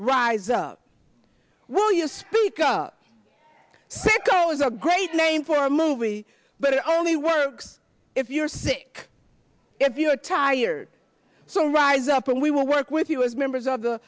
rise up will you speak up i think it was a great name for a movie but it only works if you're sick if you're tired so rise up and we will work with you as members of the